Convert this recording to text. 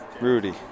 rudy